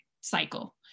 cycle